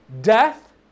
death